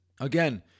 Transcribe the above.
Again